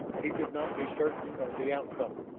he could not be certain of the outcome,